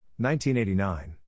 1989